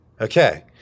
Okay